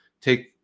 take